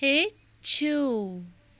ہیٚچھِو